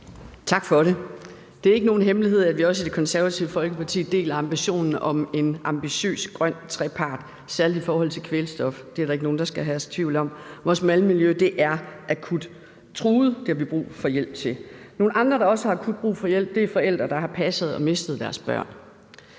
Tak for det. Det er ikke nogen hemmelighed, at vi også i Det Konservative Folkeparti deler ambitionen om en ambitiøs grøn trepart, særligt i forhold til kvælstof. Det skal der ikke herske nogen tvivl om. Vores vandmiljø er akut truet, og det har vi brug for hjælp til. Nogle andre, der også har akut brug for hjælp, er forældre, der har passet og mistet deres børn.